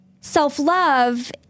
self-love